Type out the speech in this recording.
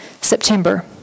September